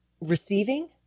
receiving